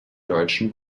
deutschen